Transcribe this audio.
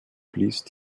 fließt